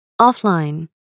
Offline